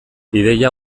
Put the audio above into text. ideia